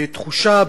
בתחושה,